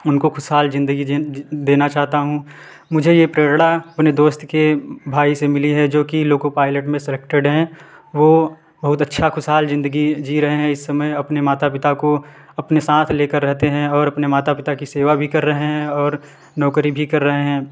उनको खुशहाल जिंदगी देना चाहता हूँ मुझे ये प्रेरणा अपने दोस्त के भाई से मिली है जोकि लोको पाइलट में सेलेक्टेड है वो बहुत अच्छा खुशहाल जिंदगी जि रहे है इस समय अपने माता पिता को अपने साथ लेकर रहते हैं और अपने माता पिता की सेवा भी कर रहे हैं और नौकरी भी कर रहे हैं